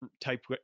type